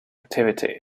activity